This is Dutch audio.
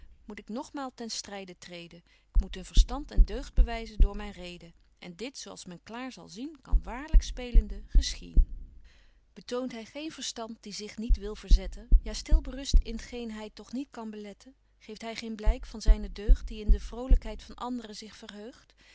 moet ik nogmaal ten stryde treden k moet hun verstand en deugd bewyzen door myn reden en dit zo als men klaar zal zien kan waarlyk spelende geschiën betje wolff en aagje deken historie van mejuffrouw sara burgerhart betoont hy geen verstand die zich niet wil verzetten ja stil berust in t geen hy toch niet kan beletten geeft hy geen blyk van zyne deugd die in de vrolykheid van andren zich verheugt